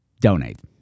Donate